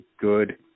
good